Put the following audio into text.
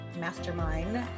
mastermind